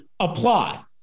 apply